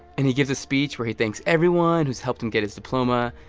and he gives a speech where he thanks everyone who's helped him get his diploma.